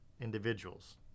individuals